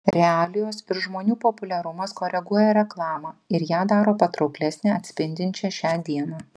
realijos ir žmonių populiarumas koreguoja reklamą ir ją daro patrauklesnę atspindinčią šią dieną